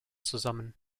zusammen